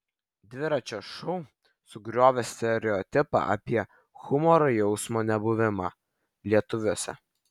dviračio šou sugriovė stereotipą apie humoro jausmą nebuvimą lietuviuose